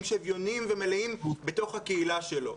שוויוניים ומלאים בתוך הקהילה שלו.